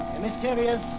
mysterious